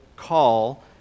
call